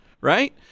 right